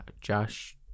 Josh